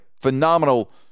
phenomenal